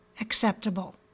acceptable